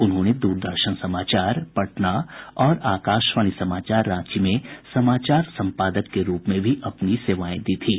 उन्होंने द्रदर्शन समाचार पटना और आकाशवाणी समाचार रांची में समाचार संपादक के रूप में भी अपनी सेवाएं दी थीं